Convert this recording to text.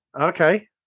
Okay